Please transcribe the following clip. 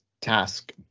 task